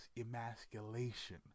emasculation